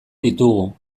ditugu